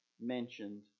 mentioned